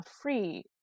free